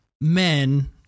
men